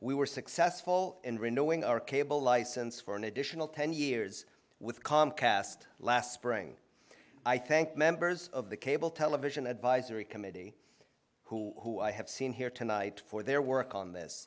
we were successful in renewing our cable license for an additional ten years with comcast last spring i thank members of the cable television advisory committee who i have seen here tonight for their work on this